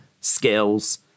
skills